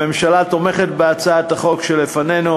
הממשלה תומכת בהצעת החוק שלפנינו.